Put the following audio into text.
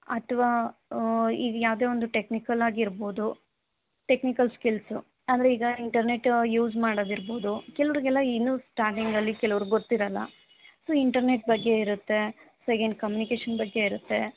ಅಥ್ವಾ ಈಗ ಯಾವುದೇ ಒಂದು ಟೆಕ್ನಿಕಲ್ ಆಗಿರಬೋದು ಟೆಕ್ನಿಕಲ್ ಸ್ಕಿಲ್ಸು ಅಂದರೆ ಈಗ ಇಂಟರ್ನೆಟ್ ಯೂಸ್ ಮಾಡೋದಿರ್ಬೋದು ಕೆಲವ್ರಿಗೆಲ್ಲ ಇನ್ನೂ ಸ್ಟಾರ್ಟಿಂಗಲ್ಲಿ ಕೆಲವ್ರಿಗೆ ಗೊತ್ತಿರೋಲ್ಲ ಸೊ ಇಂಟರ್ನೆಟ್ ಬಗ್ಗೆ ಇರುತ್ತೆ ಸೊ ಎಗೈನ್ ಕಮ್ಯುನಿಕೇಷನ್ ಬಗ್ಗೆ ಇರುತ್ತೆ